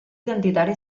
identitari